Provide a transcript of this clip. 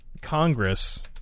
Congress